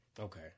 Okay